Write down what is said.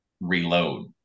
reload